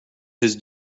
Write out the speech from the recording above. his